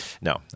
no